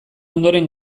ondoren